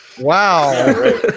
Wow